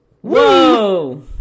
Whoa